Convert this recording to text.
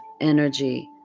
energy